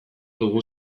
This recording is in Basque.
dugu